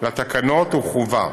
לתקנות הוא חובה.